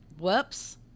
whoops